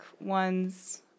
ones